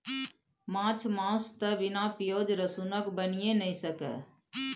माछ मासु तए बिना पिओज रसुनक बनिए नहि सकैए